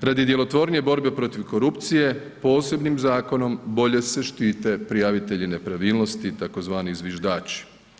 radi djelotvornije borbe protiv korupcije posebnim zakonom bolje se štite prijavitelji nepravilnosti tzv. zviždači.